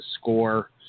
score